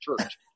church